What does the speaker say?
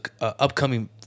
upcoming